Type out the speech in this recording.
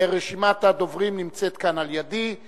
רשימת הדוברים נמצאת כאן על ידי.